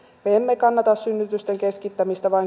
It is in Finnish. me emme kannata synnytysten keskittämistä vain